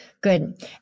Good